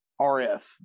RF